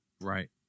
Right